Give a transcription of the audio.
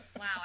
wow